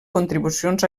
contribucions